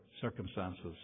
circumstances